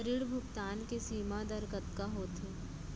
ऋण भुगतान के सीमा दर कतका होथे?